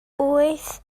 wyth